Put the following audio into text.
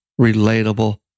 relatable